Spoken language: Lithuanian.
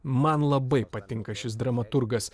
man labai patinka šis dramaturgas